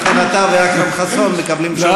לכן אתה ואכרם חסון מקבלים פעמיים רשות דיבור.